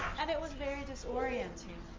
and it was very disorienting. you